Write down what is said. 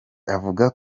avuga